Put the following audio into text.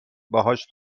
باهاش